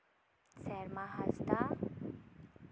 ᱥᱮᱨᱢᱟ ᱦᱟᱸᱥᱫᱟ